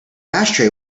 ashtray